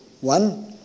One